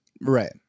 right